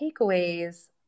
takeaways